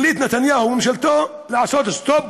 החליטו נתניהו וממשלתו לעשות סטופ,